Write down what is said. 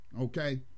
Okay